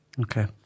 Okay